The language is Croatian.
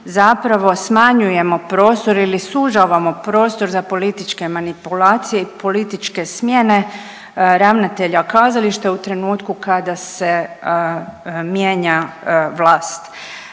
zapravo smanjujemo prostor ili sužavamo prostor za političke manipulacije i političke smjene ravnatelja kazališta u trenutku kada se mijenja vlast.